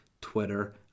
twitter